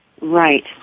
Right